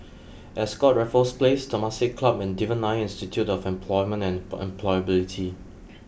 Ascott Raffles Place Temasek Club and Devan Nair Institute of Employment and emp Employability